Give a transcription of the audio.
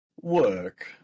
Work